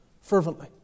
Fervently